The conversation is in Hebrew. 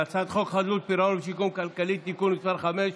להצעת חוק חדלות פירעון ושיקום כלכלי (תיקון מס' 5)